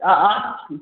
हां हां